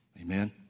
Amen